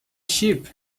sheep